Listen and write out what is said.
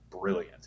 brilliant